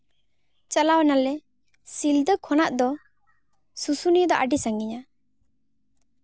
ᱪᱟᱞᱟᱣᱱᱟᱞᱮ ᱥᱤᱞᱫᱟᱹ ᱠᱷᱚᱱᱟᱜ ᱫᱚ ᱥᱩᱥᱩᱱᱤᱭᱟᱹ ᱫᱚ ᱟᱹᱰᱤ ᱥᱟᱺᱜᱤᱧᱟ